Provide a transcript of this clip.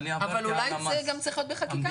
אבל אולי זה גם צריך להיות בחקיקה